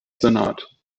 senat